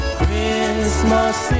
christmas